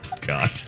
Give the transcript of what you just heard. God